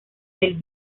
del